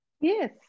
yes